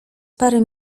parę